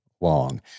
long